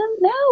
No